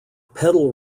pedal